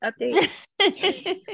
update